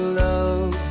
love